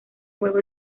juego